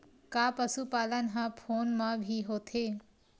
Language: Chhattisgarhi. का पशुपालन ह फोन म भी होथे?